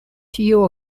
tio